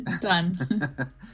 done